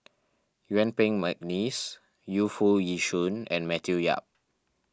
Yuen Peng McNeice Yu Foo Yee Shoon and Matthew Yap